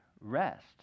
rest